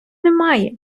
немає